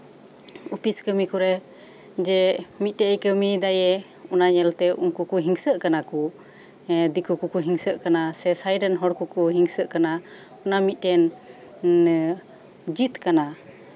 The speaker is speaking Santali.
ᱚᱯᱤᱥ ᱠᱟᱢᱤ ᱠᱚᱨᱮ ᱡᱮ ᱢᱤᱫᱴᱮᱡ ᱮᱭ ᱠᱟᱢᱤᱭᱮᱫᱟᱭᱮ ᱟᱨ ᱩᱱᱤ ᱧᱮᱞ ᱛᱮ ᱩᱱᱠᱩ ᱠᱚ ᱦᱤᱝᱥᱟᱹᱜ ᱠᱟᱱᱟ ᱠᱚ ᱦᱮᱸ ᱫᱮᱠᱳ ᱠᱚᱠᱚ ᱦᱤᱝᱥᱟᱹᱜ ᱠᱟᱱᱟ ᱥᱮ ᱥᱟᱭᱤᱰ ᱨᱮᱱ ᱦᱚᱲ ᱠᱚᱠᱚ ᱦᱤᱝᱥᱟᱹᱜ ᱠᱟᱱᱟ ᱚᱱᱟ ᱢᱤᱫᱴᱮᱱ ᱮᱫ ᱡᱮᱹᱫᱽ ᱠᱟᱱᱟ